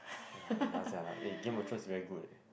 !wah! ya sia eh Game of Thrones is very good leh